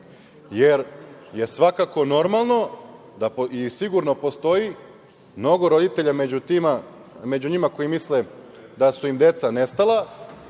jer je svakako normalno i sigurno postoji mnogo roditelja među njima, koji misle da su im deca nestala,